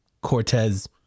Cortez